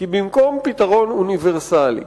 כי במקום פתרון אוניברסלי,